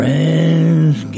Friends